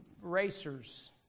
racers